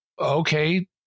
Okay